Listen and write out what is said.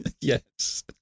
Yes